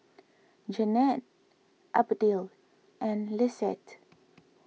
Jeannette Abdiel and Lisette